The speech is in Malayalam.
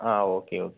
ആ ഓക്കെ ഓക്കെ